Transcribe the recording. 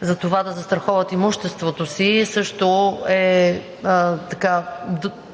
за това да застраховат имуществото си също е